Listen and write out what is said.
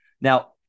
Now